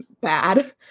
bad